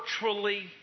virtually